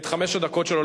את חמש הדקות שלו,